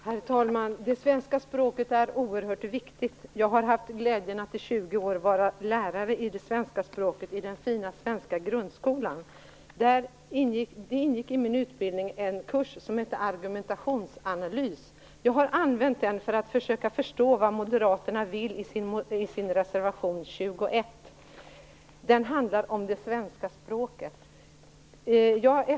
Herr talman! Det svenska språket är oerhört viktigt. Jag har haft glädjen att i den fina svenska grundskolan under 20 år vara lärare i svenska. I min utbildning ingick en kurs i argumentationsanalys. Jag har använt den för att för att försöka förstå vad moderaterna vill i deras reservation 21, som handlar om det svenska språket.